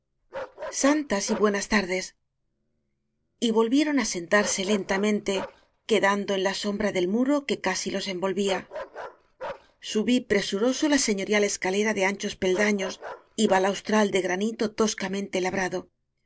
santas y buenas tardes y volvieron á sentarse lentamente que dando en la sombra del muro que casi los envolvía subí presuroso la señorial escalera de anchos peldaños y balaustral de granito toscamente labrado